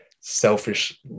selfish